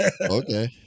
Okay